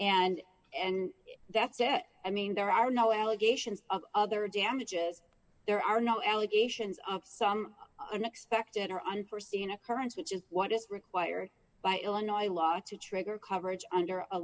and and that's it i mean there are no allegations of other damage it there are no allegations of some unexpected or unforeseen occurrence which is what is required by illinois law to trigger coverage under a